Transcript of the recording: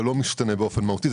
זה לא משתנה מהותית.